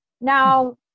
Now